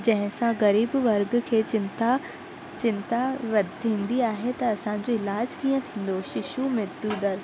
जंहिंसां ग़रीब वर्ग खे चिंता चिंता वधंदी आहे त असांजो इलाज कीअं थींदो शिशु मृत्यु दर